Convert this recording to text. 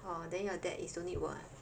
then your dad is don't need work [one]